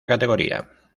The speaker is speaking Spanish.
categoría